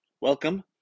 Welcome